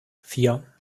vier